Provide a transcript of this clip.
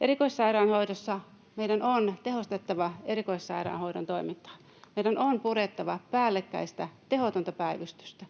Erikoissairaanhoidossa meidän on tehostettava erikoissairaanhoidon toimintaa. Meidän on purettava päällekkäistä, tehotonta päivystystä.